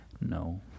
No